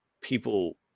people